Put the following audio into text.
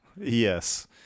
Yes